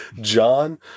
John